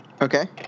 Okay